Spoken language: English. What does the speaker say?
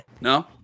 No